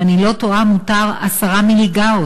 אם אני לא טועה מותר 10 מיליגאוס.